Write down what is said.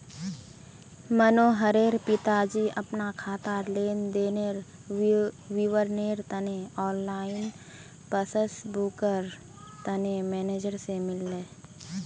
मनोहरेर पिताजी अपना खातार लेन देनेर विवरनेर तने ऑनलाइन पस्स्बूकर तने मेनेजर से मिलले